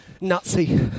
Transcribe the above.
Nazi